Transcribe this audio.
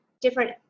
different